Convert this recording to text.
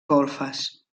golfes